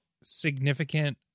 significant